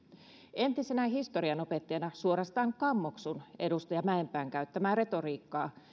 entisenä historianopettajana suorastaan kammoksun edustaja mäenpään käyttämää retoriikkaa